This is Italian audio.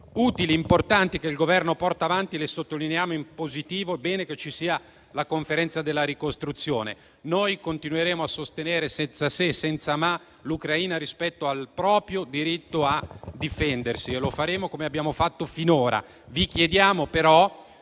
iniziative utili e importanti le sottolineiamo in positivo. Bene, quindi, che vi sia la conferenza sulla ricostruzione. Noi continueremo a sostenere, senza se e senza ma, l'Ucraina rispetto al proprio diritto a difendersi e lo faremo come abbiamo fatto finora.